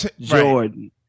Jordan